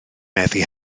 meddu